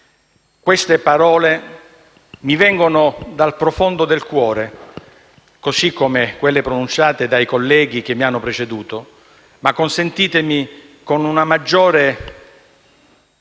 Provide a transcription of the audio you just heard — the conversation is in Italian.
Queste parole mi vengono dal profondo del cuore, così come quelle pronunciate dai colleghi che mi hanno preceduto ma, consentitemi, con una maggiore